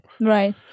Right